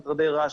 מטרדי רעש,